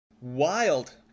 Wild